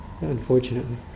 Unfortunately